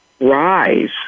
rise